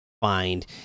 find